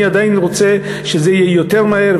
אני עדיין רוצה שזה יהיה יותר מהר,